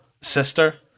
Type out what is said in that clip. sister